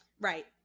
Right